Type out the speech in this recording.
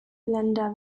länder